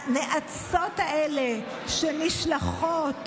הנאצות האלה, שנשלחות